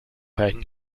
einen